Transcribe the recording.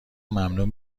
ممنوع